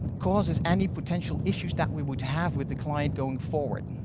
causes any potential issues that we would have with the client going forward.